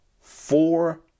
four